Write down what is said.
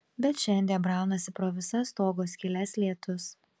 bet šiandie braunasi pro visas stogo skyles lietus